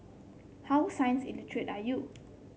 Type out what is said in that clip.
how science are you